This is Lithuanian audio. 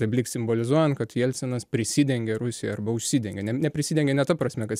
taip lyg simbolizuojant kad jelcinas prisidengė rusija arba užsidengė ne neprisidengė ne ta prasme kad